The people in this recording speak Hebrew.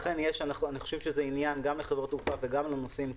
לכן זה עניין גם לחברות התעופה וגם לנוסעים,